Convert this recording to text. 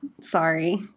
sorry